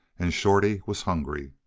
and shorty was hungry.